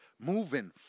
moving